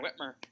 Whitmer